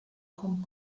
com